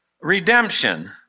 redemption